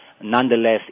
Nonetheless